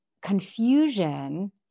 confusion